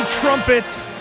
Trumpet